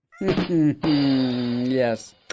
yes